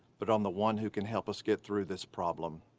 but on the one who can help us get through this problem.